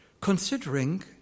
Considering